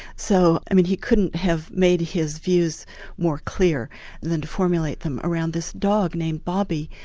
so he couldn't have made his views more clear than to formulate them around this dog named bobby,